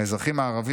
האזרחים הערבים,